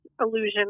illusion